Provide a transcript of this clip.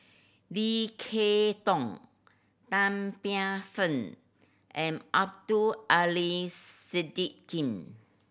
Lim Kay Tong Tan Paey Fern and Abdul Aleem Siddique